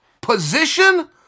Position